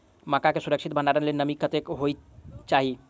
मक्का केँ सुरक्षित भण्डारण लेल नमी कतेक होइ कऽ चाहि?